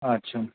अच्छा